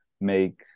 make